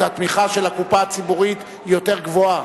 של הקופה הציבורית יותר גבוהה?